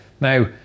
Now